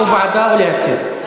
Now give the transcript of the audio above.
או ועדה או להסיר.